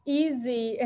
easy